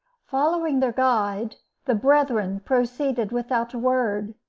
following their guide, the brethren proceeded without a word.